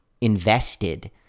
invested